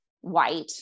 white